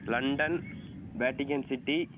London Vatican City